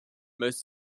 most